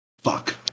Fuck